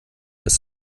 ist